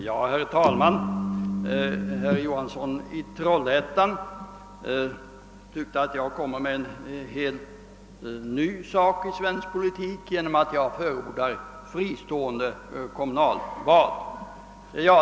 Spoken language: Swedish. Herr talman! Herr Johansson i Trollhättan menade att jag införde något helt nytt i svensk politik genom att förorda fristående kommunalval.